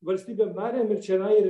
valstybėm narėm ir čia yra ir